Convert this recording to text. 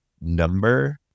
number